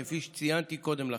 כפי שציינתי קודם לכן,